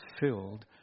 filled